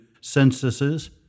censuses